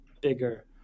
bigger